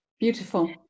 Beautiful